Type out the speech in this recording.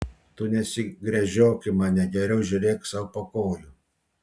tu nesigręžiok į mane geriau žiūrėk sau po kojų